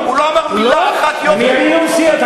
הוא לא אמר מילה אחת, יוקר.